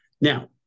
Now